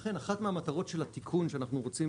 ולכן אחת מהמטרות של התיקון שאנחנו רוצים